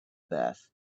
bath